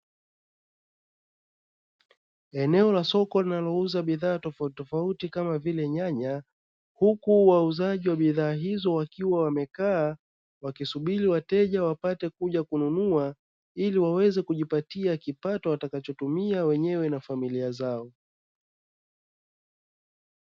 Eneo la soko linalouza bidhaa tofautitofauti kama vile nyanya huku wauzaji wa bidhaa hizo wakiwa wamekaa, wakisubiri wateja wapate kuja kununua ili waweze kujipatia kipato watakachotumia wenyewe na familia zao.